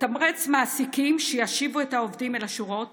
לתמרץ מעסיקים שישיבו את העובדים אל השורות